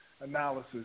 analysis